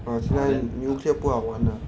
ah 现在 nuclear 不好玩 lah